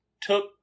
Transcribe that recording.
took